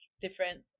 different